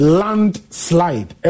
landslide